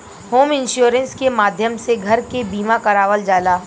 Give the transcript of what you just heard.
home insurance के माध्यम से घर के बीमा करावल जाला